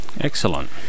Excellent